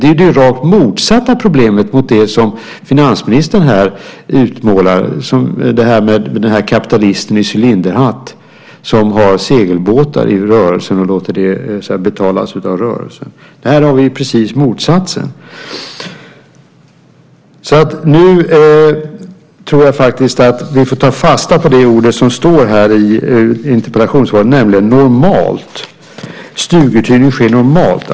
Det är det rakt motsatta problemet mot det som finansministern här utmålar som kapitalister i cylinderhatt som har segelbåtar som de låter betalas av rörelsen. Här har vi precis motsatsen. Nu tror jag faktiskt att vi får ta fasta på det ord som står i interpellationssvaret, nämligen att stuguthyrning sker "normalt".